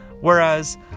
whereas